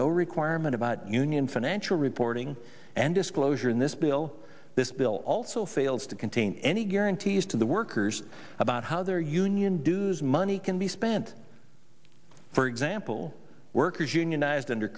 no requirement about union financial reporting and disclosure in this bill this bill also fails to contain any guarantees to the workers about how their union dues money can be spent for example workers unionized under